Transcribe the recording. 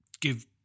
give